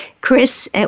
Chris